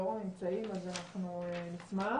לאור הממצאים אנחנו נשמח,